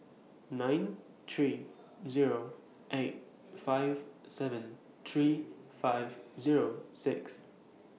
nine three Zero eight five seven three five Zero six